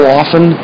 often